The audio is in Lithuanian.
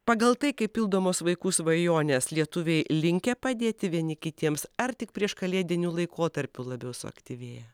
pagal tai kaip pildomos vaikų svajonės lietuviai linkę padėti vieni kitiems ar tik prieškalėdiniu laikotarpiu labiau suaktyvėja